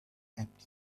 empty